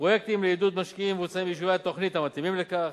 16. פרויקטים לעידוד משקיעים מבוצעים ביישובי התוכנית המתאימים לכך.